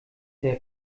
der